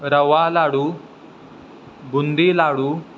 रवा लाडू बुंदी लाडू